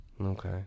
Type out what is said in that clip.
Okay